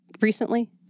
recently